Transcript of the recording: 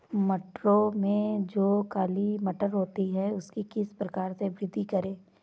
मटरों में जो काली मटर होती है उसकी किस प्रकार से वृद्धि करें?